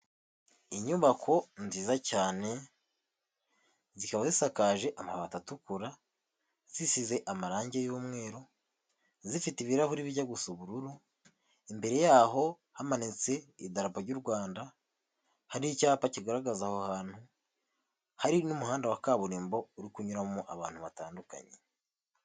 Inyubako nziza cyane zikaba zisakaje amabati atukura, zisize amarangi y'umweru zifite ibirahuri bijya gusa ubururu, imbere yaho hamanitse idarapo ry'u Rwanda, hari icyapa kigaragaza aho hantu hari n'umuhanda wa kaburimbo uri kunyuramo abantu batandukanye.